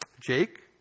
Jake